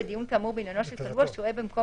בדיון כאמור בעניינו של כלוא השוהה במקום